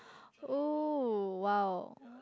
oh !wow!